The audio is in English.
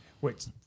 Wait